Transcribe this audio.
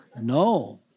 No